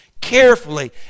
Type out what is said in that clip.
Carefully